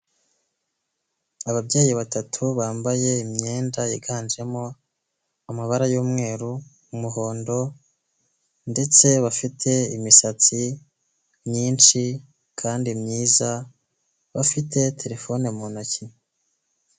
Ababyeyi batatu bambaye imyenda yiganjemo amabara y'umweru, umuhondo ndetse bafite imisatsi myinshi kandi myiza, bafite telefone mu ntoki.